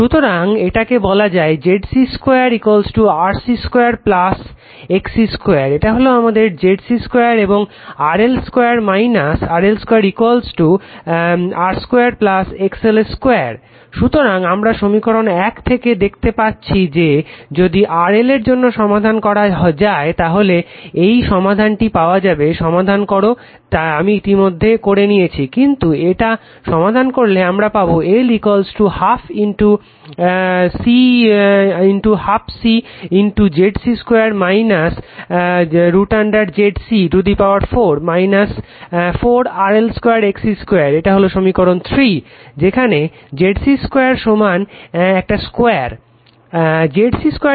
সুতরাং এটাকে বলা যায় ZC 2 RC 2 XC 2 এটা হলো আমাদের ZC 2 এবং ZL 2 R 2 XL 2 সুতরাং আমরা সমীকরণ 1 থেকে দেখতে পাচ্ছি যে যদি RL এর জন্য সমাধান করা যায় তাহলে এই সমাধানটি পাওয়া যাবে সমাধান করো আমি ইতিমধ্যে করেনিয়েছি কিন্তু এটা সমাধান করলে আমারা পাবো L 12 C 12 C ZC 2 √ ZC 4 4 RL 2 XC 2 এটা হলো সমীকরণ 3 যেখানে ZC 2 সমান এটার স্কোয়ার